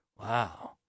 Wow